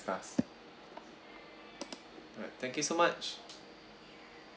us right thank you so much